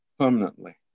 permanently